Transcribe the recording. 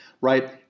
right